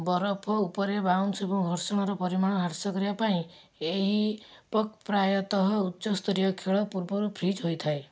ବରଫ ଉପରେ ବାଉନ୍ସ୍ ଏବଂ ଘର୍ଷଣର ପରିମାଣ ହ୍ରାସ କରିବା ପାଇଁ ଏହି ପକ୍ ପ୍ରାୟତଃ ଉଚ୍ଚସ୍ତରୀୟ ଖେଳ ପୂର୍ବରୁ ଫ୍ରିଜ୍ ହୋଇଥାଏ